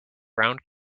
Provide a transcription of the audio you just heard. round